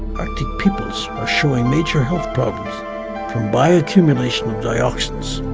arctic peoples are showing major health problems from bio-accumulation of dioxins.